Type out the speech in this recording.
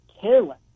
careless